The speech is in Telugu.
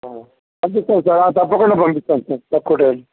పంపిస్తాం సార్ తప్పకుండా పంపిస్తాం సార్ తక్కువ టైంలో